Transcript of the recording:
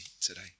today